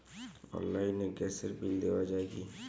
অনলাইনে গ্যাসের বিল দেওয়া যায় কি?